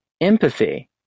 empathy